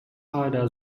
hâlâ